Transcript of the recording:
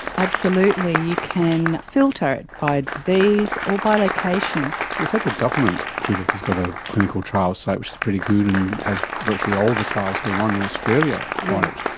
absolutely, you can filter it by disease or by location. but the federal government, judith, has got a clinical trial site which is pretty good and has virtually all the trials going on in australia on it.